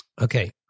Okay